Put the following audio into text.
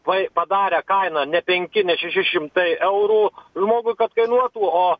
vai padarę kainą ne penki šeši šimtai eurų žmogui kad kainuotų o